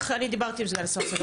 אני דיברתי על זה עם סגן השר סגלוביץ',